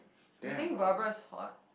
you think Barbara is hot